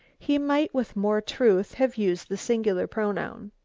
he might with more truth have used the singular pronoun.